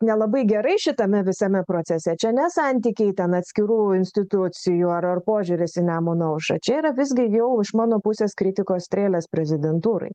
nelabai gerai šitame visame procese čia ne santykiai ten atskirų institucijų ar ar požiūris į nemuno aušrą čia yra visgi jau iš mano pusės kritikos strėlės prezidentūrai